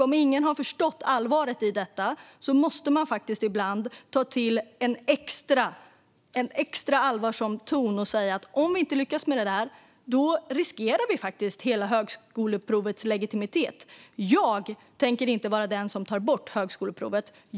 Om ingen har förstått allvaret i detta måste man ibland ta till en extra allvarsam ton och säga att om vi inte lyckas riskerar vi hela högskoleprovets legitimitet. Jag tänker inte vara den som tar bort högskoleprovet.